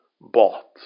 bought